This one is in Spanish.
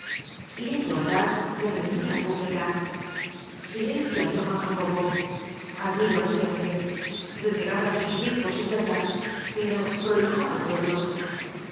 y enjolras reprendia á courfeyrac silencio ante juan jacoboi admiro á ese hombre renegaba de sus hijos es verdad pero prohijó al pueblo